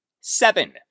Seven